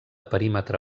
perímetre